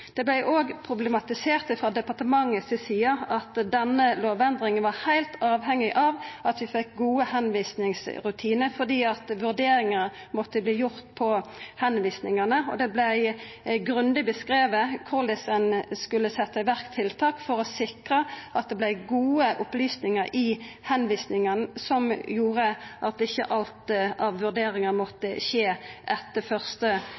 Det vart òg problematisert frå departementet si side at denne lovendringa var heilt avhengig av at vi fekk gode tilvisingsrutinar fordi vurderinga måtte verta gjord på grunnlag av tilvisingane, og det vart grundig beskrive korleis ein skulle setja i verk tiltak for å sikra at det vart gode opplysningar i tilvisinga som gjorde at ikkje alt av vurderingar måtte skje etter første